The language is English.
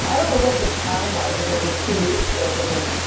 i don't know what the time was, if it was two weeks or if it was,